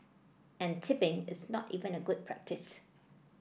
and tipping is not even a good practice